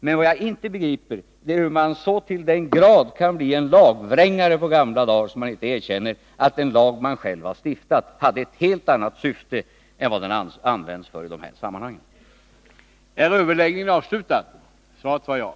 Men vad jag inte begriper är hur man så till den grad kan bli en lagvrängare på gamla dagar, att man inte erkänner att den lag man själv har stiftat hade ett helt annat syfte än vad den används till i dessa sammanhang.